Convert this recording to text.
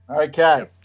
Okay